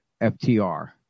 FTR